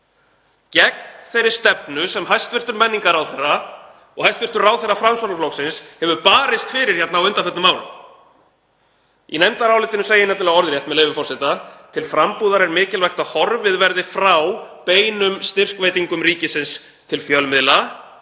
gegn þeirri stefnu sem hæstv. menningarráðherra, hæstv. ráðherra Framsóknarflokksins, hefur barist fyrir á undanförnum árum. Í nefndarálitinu segir nefnilega orðrétt, með leyfi forseta: „Til frambúðar er mikilvægt að horfið verði frá beinum styrkveitingum ríkisins til fjölmiðla